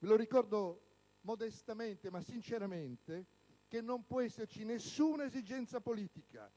Ricordo modestamente, ma sinceramente che non può esserci nessuna esigenza politica,